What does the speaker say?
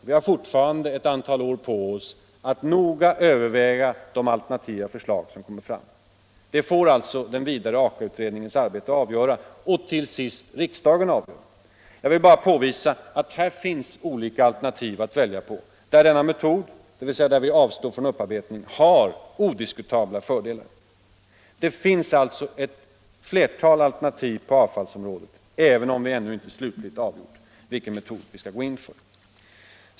Vi har fortfarande ett antal år på oss att noga överväga de alternativa förslag som kommer fram. Det får alltså den vidare AKA utredningens arbete och till sist riksdagen avgöra. Jag vill bara påvisa att här finns olika alternativ att välja på där denna metod, dvs. där vi avstår från upparbetning, har odiskutabla fördelar. Det finns alltså ett flertal alternativ på avfallsområdet även om vi inte ännu slutgiltigt avgjort vilken metod vi skall gå in för.